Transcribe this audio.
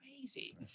crazy